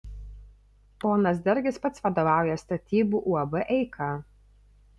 ponas dargis pats vadovauja statybų uab eika